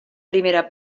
primera